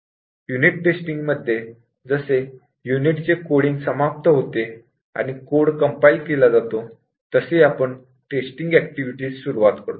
unit testing मध्ये जसे युनिटचे कोडींग समाप्त होते आणि कोड कंपाईल केला जातो तसे आपण टेस्टिंग ऍक्टिव्हिटीज सुरुवात करतो